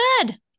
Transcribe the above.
good